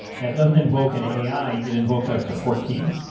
that doesn't invoke an ai, it invokes our support team.